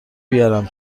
بیارم